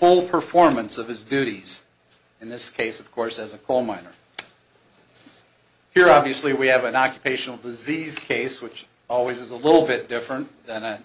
whole performance of his duties in this case of course as a coal miner here obviously we have an occupational who is easy case which always is a little bit different than an